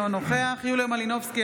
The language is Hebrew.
אינו נוכח יוליה מלינובסקי,